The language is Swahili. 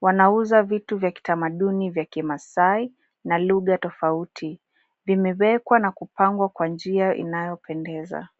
wanauza vitu vya kitamaduni vya kimasai na lugha tofauti. Vimewekwa na kupangwa kwa njia inayopendeza.